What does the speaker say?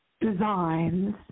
designs